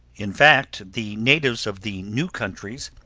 in fact, the natives of the new countries,